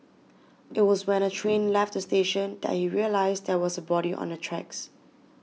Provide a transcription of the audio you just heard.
it was when the train left the station that he realised there was a body on the tracks